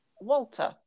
Walter